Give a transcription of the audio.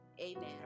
amen